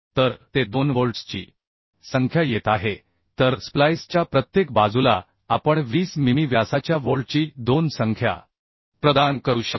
तर ते 2 व्होल्ट्सची संख्या येत आहे तरस्प्लाईस च्या प्रत्येक बाजूला आपण 20 मिमी व्यासाच्या व्होल्टची 2 संख्या प्रदान करू शकतो